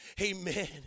Amen